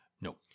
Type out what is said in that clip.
No